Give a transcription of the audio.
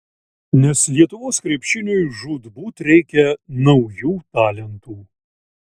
nes lietuvos krepšiniui žūtbūt reikia naujų talentų